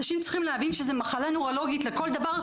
אנשים צריכים להבין שזו מחלה נוירולוגית לכל דבר,